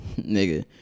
nigga